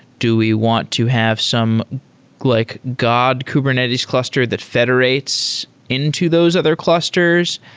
do we want to have some like god kubernetes cluster that federal rates into those other clusters?